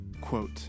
quote